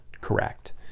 Correct